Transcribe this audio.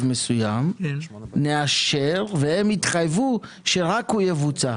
מסוים נאשר והם יתחייבו שרק הוא יבוצע.